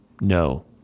No